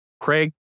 Craig